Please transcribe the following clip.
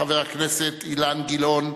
חבר הכנסת אילן גילאון,